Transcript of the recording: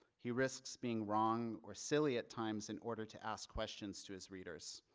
he risks being wrong or silly at times in order to ask questions to his readers.